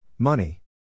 Money